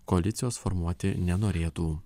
koalicijos formuoti nenorėtų